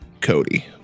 Cody